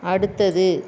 அடுத்தது